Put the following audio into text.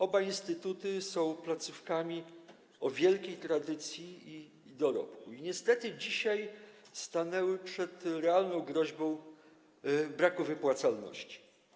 Oba instytuty są placówkami o wielkiej tradycji i dorobku i niestety dzisiaj stanęły przed realną groźbą braku wypłacalności.